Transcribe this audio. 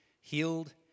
healed